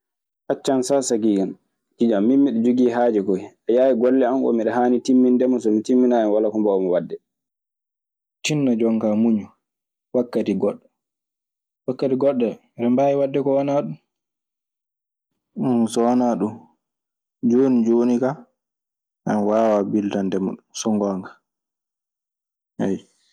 Accan saa sakiiko an. Iijan min miɗe jogii haaju koy. A yiaayi golle an oo miɗe haani timminnde mo so mi timminaayi walaa ko mbawu mi waɗde. Tinno jon kaa muñu wakkati goɗɗo. Wakkati goɗɗo eɗen mbaawi waɗde ko wanaa ɗun. So wanaa ɗun jooni jooni kaa, mi waawaa biltande ma ɗun, so ngoonga.